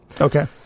Okay